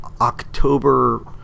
October